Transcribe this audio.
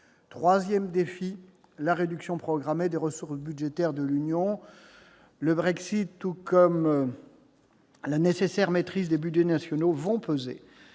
troisième défi est la réduction programmée des ressources budgétaires de l'Union. Le Brexit, tout comme la nécessaire maîtrise des budgets nationaux, va peser